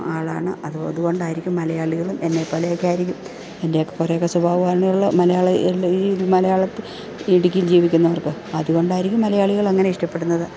ആളാണ് അത് അതുകൊണ്ടായിരിക്കും മലയാളികളും എന്നെപ്പോലെയൊക്കെ ആയിരിക്കും എൻ്റെയൊക്കെ കുറേയൊക്കെ സ്വഭാവം തന്നെയുള്ള മലയാളി അല്ലെ ഈ മലയാളത്തിൽ ഇടുക്കിയിൽ ജീവിക്കുന്നവർക്ക് അതുകൊണ്ടായിരിക്കും മലയാളികളങ്ങനെ ഇഷ്ടപ്പെടുന്നത്